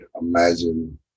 Imagine